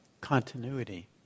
continuity